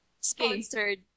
sponsored